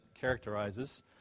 characterizes